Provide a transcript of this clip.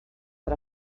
per